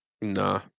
Nah